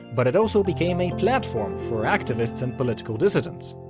but it also became a platform for activists and political dissidents.